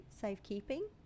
safekeeping